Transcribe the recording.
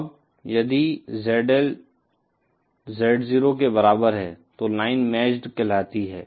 अब यदि ZL Z0 के बराबर है तो लाइन मैच्ड कहलाती है